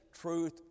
truth